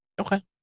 Okay